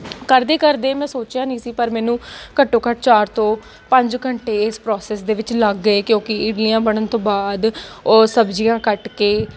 ਕਰਦੇ ਕਰਦੇ ਮੈਂ ਸੋਚਿਆ ਨਹੀਂ ਸੀ ਪਰ ਮੈਨੂੰ ਘੱਟੋ ਘੱਟ ਚਾਰ ਤੋਂ ਪੰਜ ਘੰਟੇ ਇਸ ਪ੍ਰੋਸੈਸ ਦੇ ਵਿੱਚ ਲੱਗ ਗਏ ਕਿਉਂਕਿ ਇਡਲੀਆਂ ਬਣਨ ਤੋਂ ਬਾਅਦ ਉਹ ਸਬਜ਼ੀਆਂ ਕੱਟ ਕੇ